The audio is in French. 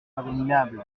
abominable